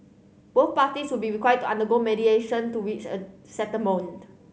both parties would be required to undergo mediation to reach a settlement